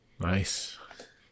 Nice